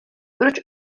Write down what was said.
proč